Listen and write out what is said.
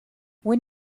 when